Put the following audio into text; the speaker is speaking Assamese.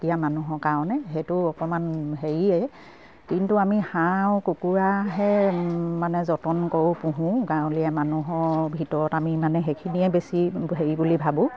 অসুখীয়া মানুহৰ কাৰণে সেইটো অকমান হেৰিয়ে কিন্তু আমি হাঁহ আৰু কুকুৰাহে মানে যতন কৰোঁ পুহোঁ গাঁৱলীয়া মানুহৰ ভিতৰত আমি মানে সেইখিনিয়ে বেছি হেৰি বুলি ভাবোঁ